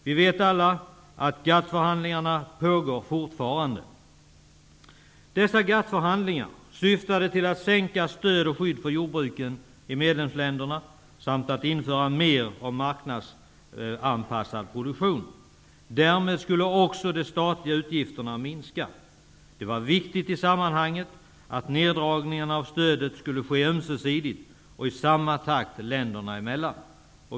Vi vet alla att GATT-förhandlingarna pågår fortfarande. Dessa GATT-förhandlingar syftade till att sänka stöd och skydd för jordbruken i medlemsländerna samt att införa mer av marknadsanpassad produktion. Därmed skulle också de statliga utgifterna minska. Det var viktigt i sammanhanget att neddragningen av stödet skulle ske ömsesidigt och i samma takt länderna emellan.